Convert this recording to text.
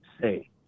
say